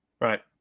Right